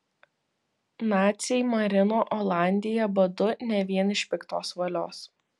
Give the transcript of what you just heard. naciai marino olandiją badu ne vien iš piktos valios